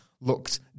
looked